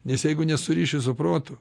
nes jeigu nesuriši su protu